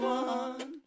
one